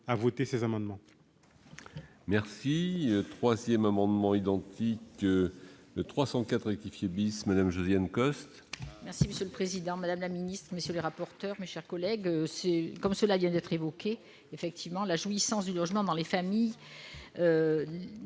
à voter ces amendements.